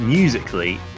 musically